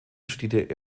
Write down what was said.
studierte